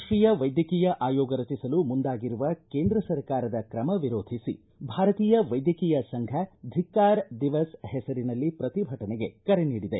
ರಾಷ್ಟೀಯ ವೈದ್ಯಕೀಯ ಆಯೋಗ ರಚಿಸಲು ಮುಂದಾಗಿರುವ ಕೇಂದ್ರ ಸರ್ಕಾರದ ಕ್ರಮ ವಿರೋಧಿಸಿ ಭಾರತೀಯ ವೈದ್ಯಕೀಯ ಸಂಘ ಧಿಕ್ಕಾರ್ ದಿವಸ್ ಹೆಸರಿನಲ್ಲಿ ಪ್ರತಿಭಟನೆಗೆ ಕರೆ ನೀಡಿದೆ